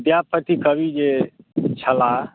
विद्यापति कवि जे छलाह